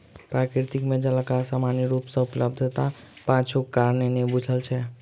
प्रकृति मे जलक असमान रूप सॅ उपलब्धताक पाछूक कारण नै बूझल छै